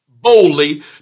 boldly